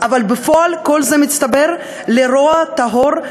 אבל בפועל כל זה מצטבר לרוע טהור,